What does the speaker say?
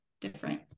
different